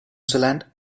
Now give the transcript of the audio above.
zealand